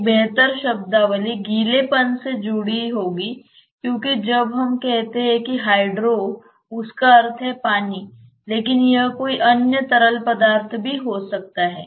एक बेहतर शब्दावली गीलेपन से जुड़ी होगी क्योंकि जब हम कहते हैं कि हाइड्रो उसका अर्थ है पानी लेकिन यह कोई अन्य तरल पदार्थ भी हो सकता है